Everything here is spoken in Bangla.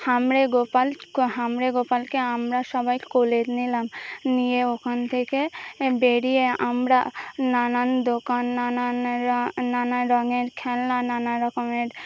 হামড়ে গোপাল হামড়ে গোপালকে আমরা সবাই কোলের নিলাম নিয়ে ওখান থেকে বেরিয়ে আমরা নানান দোকান নানান নানান রঙের খেলনা নানা রকমের